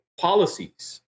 policies